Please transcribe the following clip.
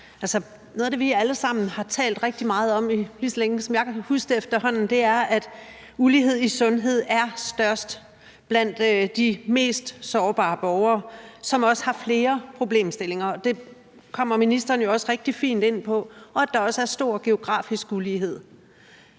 her. Noget af det, vi alle sammen har talt rigtig meget om, lige så længe som jeg kan huske efterhånden, er, at ulighed i sundhed er størst blandt de mest sårbare borgere, som også har flere problemstillinger, og det kommer ministeren jo også rigtig fint ind på, og at der også er stor geografisk ulighed.